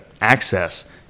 access